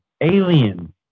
Alien